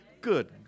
Good